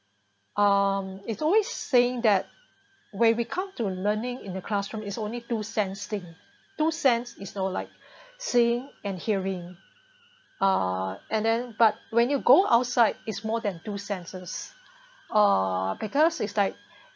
um it's always saying that when we come to learning in the classroom is only do sense thing do sense is no like seeing and hearing uh and then but when you go outside is more than do senses uh because is like